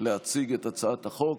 להציג את הצעת החוק,